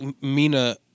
Mina